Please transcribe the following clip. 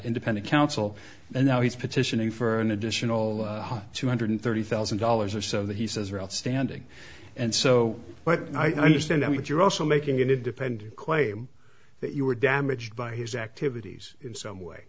independent counsel and now he's petitioning for an additional two hundred thirty thousand dollars or so that he says are outstanding and so but i understand that you're also making it depend claim that you were damaged by his activities in some way